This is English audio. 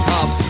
up